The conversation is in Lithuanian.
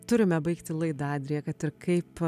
turime baigti laidą adrija kad ir kaip